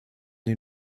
den